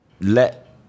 let